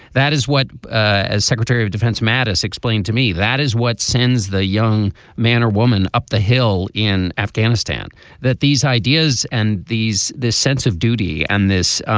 that is what as secretary of defense mattis explained to me that is what sends the young man or woman up the hill in afghanistan that these ideas and these this sense of duty and this